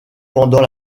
pendant